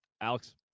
Alex